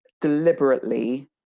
deliberately